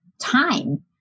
time